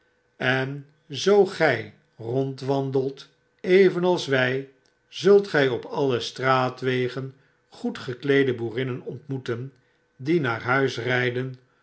en zoo gij rondwandelt evenals wy zult gy op alle straatwegen goedgekleede boerinnen ontmoeten die naar huis ryden